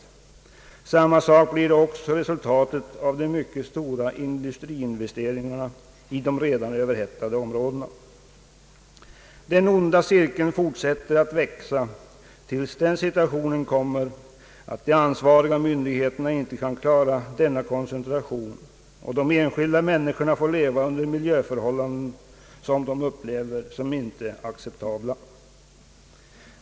Resultatet blir detsamma av de mycket stora industriinvesteringarna i redan överhettade områden. Den onda cirkeln fortsätter att verka tills den situationen uppstår att de ansvariga myndigheterna inte kan klara koncentrationen och de enskilda människorna får leva under miljöförhållanden, som de upplever såsom icke acceptabla.